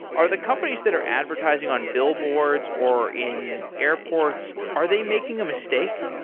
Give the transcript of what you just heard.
are the companies that are advertising on billboards or in airports, are they making a mistake?